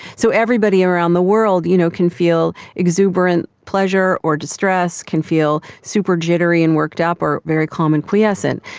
so everybody around the world you know can feel exuberant pleasure or distress, can feel super jittery and worked up or very calm and quiescent.